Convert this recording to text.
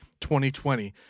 2020